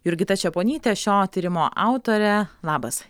jurgita čeponytė šio tyrimo autorė labas